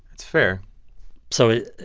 it's fair so,